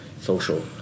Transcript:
social